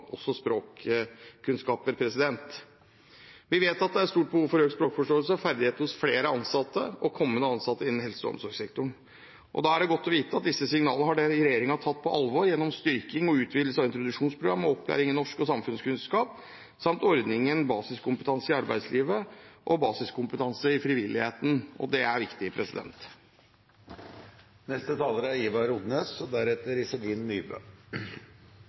hos flere ansatte og kommende ansatte innen helse- og omsorgssektoren. Da er det godt å vite at disse signalene har regjeringen tatt på alvor gjennom styrking og utvidelse av introduksjonsprogrammet og opplæring i norsk og samfunnskunnskap samt ordningene Basiskompetanse i arbeidslivet og Basiskompetanse i frivilligheten. Det er viktig. Internasjonalisering av utdanning, forsking og arbeidslivet har mange positive sider både for den enkelte studenten, for arbeidstakaren og